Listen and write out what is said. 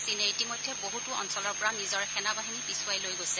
চীনে ইতিমধ্যে বছতো অঞ্চলৰ পৰা নিজৰ সেনাবাহিনী পিচূৰাই লৈ গৈছে